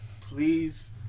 please